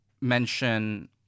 mention